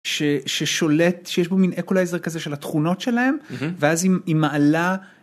ששולט שיש בו מין אקולייזר כזה של התכונות שלהם ואז היא...היא מעלה.